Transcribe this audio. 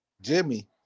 Jimmy